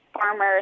farmers